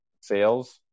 sales